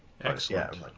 Excellent